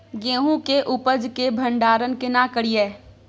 गेहूं के उपज के भंडारन केना करियै?